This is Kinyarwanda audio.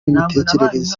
n’imitekerereze